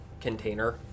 container